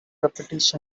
repetition